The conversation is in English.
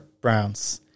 Browns